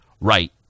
Right